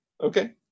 Okay